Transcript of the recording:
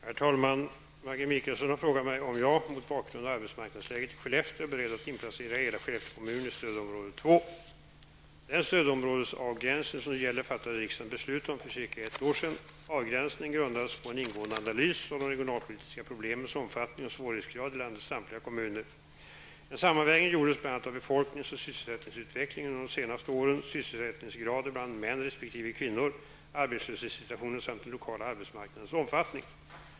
Herr talman! Maggi Mikaelsson har frågat mig om jag, mot bakgrund av arbetsmarknadsläget i Skellefteå, är beredd att inplacera hela Skellefteå kommun i stödområde 2. Den stödområdesavgränsning som nu gäller fattade riksdagen beslut om för cirka ett år sedan. Avgränsningen grundades på en ingående analys av de regionalpolitiska problemens omfattning och svårighetsgrad i landets samtliga kommuner. En sammanvägning gjordes bl.a. av befolknings och sysselsättningsutvecklingen under de senaste åren, sysselsättningsgrader bland män resp. kvinnor, arbetslöshetssituationen samt den lokala arbetsmarknadens omfattning.